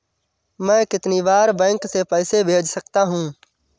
मैं कितनी बार बैंक से पैसे भेज सकता हूँ?